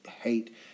hate